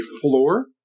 floor